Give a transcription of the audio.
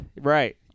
right